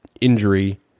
injury